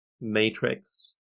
Matrix